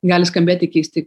gali skambėti keistai